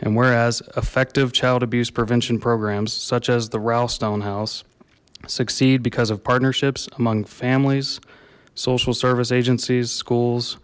and whereas effective child abuse prevention programs such as the rouse townhouse succeed because of partnerships among families social service agencies schools